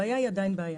הבעיה היא עדיין בעיה.